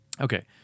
Okay